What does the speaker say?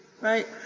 right